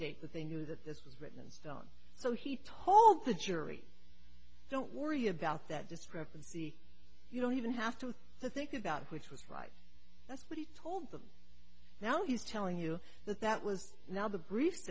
date that they knew that this was written and done so he told the jury don't worry about that discrepancy you don't even have to think about which was right that's what he told them now he's telling you that that was now the br